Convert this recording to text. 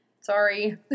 Sorry